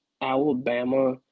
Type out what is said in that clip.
Alabama